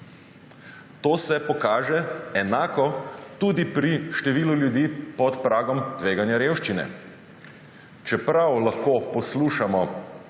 To se pokaže enako tudi pri številu ljudi pod pragom tveganja revščine. Čeprav lahko poslušamo